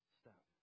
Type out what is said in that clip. step